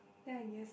then I guess